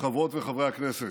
חברות וחברי הכנסת,